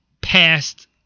Past